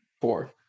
Four